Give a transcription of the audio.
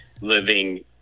living